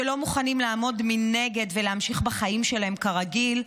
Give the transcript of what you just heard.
שלא מוכנים לעמוד מנגד ולהמשיך בחיים שלהם כרגיל,